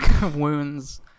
wounds